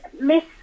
Miss